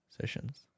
sessions